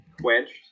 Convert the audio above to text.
quenched